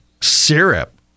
syrup